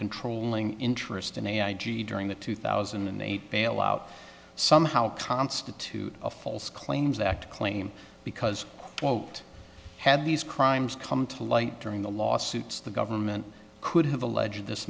controlling interest in a i g during the two thousand and eight bailout somehow constitute a false claims act claim because what had these crimes come to light during the lawsuits the government could have alleged this